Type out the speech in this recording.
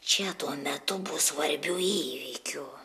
čia tuo metu bus svarbių įvykių